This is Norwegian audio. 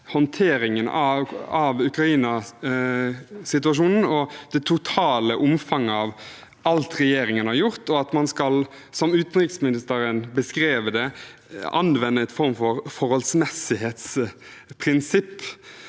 håndteringen av Ukraina-situasjonen og det totale omfanget av alt regjeringen har gjort, og at man skal – som utenriksministeren beskrev det – anvende en form for forholdsmessighetsprinsipp.